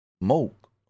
smoke